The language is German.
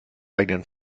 eigenen